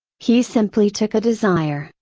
he simply took a desire,